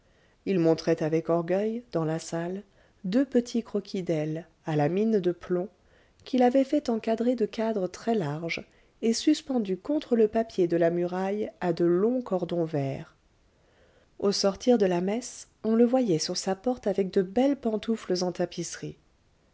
il montrait avec orgueil dans la salle deux petits croquis d'elle à la mine de plomb qu'il avait fait encadrer de cadres très larges et suspendus contre le papier de la muraille à de longs cordons verts au sortir de la messe on le voyait sur sa porte avec de belles pantoufles en tapisserie